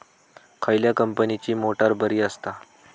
खयल्या कंपनीची मोटार बरी असता?